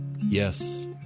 Yes